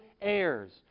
heirs